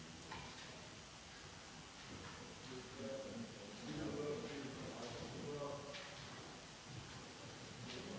Hvala vam